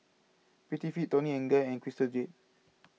Prettyfit Toni and Guy and Crystal Jade